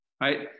right